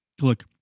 look